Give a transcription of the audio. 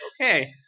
okay